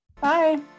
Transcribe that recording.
Bye